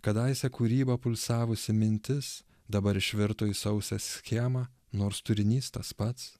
kadaise kūryba pulsavusi mintis dabar išvirto į sausą schemą nors turinys tas pats